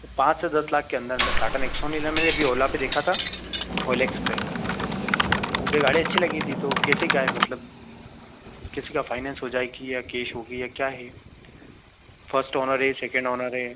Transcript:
तो पाँच से दस लाख के अंदर अंदर टाटा नेक्सॉन लेना मैंने अभी ओला पर देखा था ओएलएक्स पर तो मुझे गाड़ी अच्छी लगी थी तो कैसे क्या है मतलब किसी का फ़ाइनेंस हो जाएगी या केश होगी या क्या है फ़र्स्ट ओनर है सेकेंड ओनर है